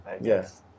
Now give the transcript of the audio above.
Yes